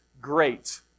Great